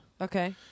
Okay